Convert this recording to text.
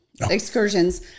excursions